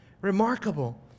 Remarkable